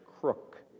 crook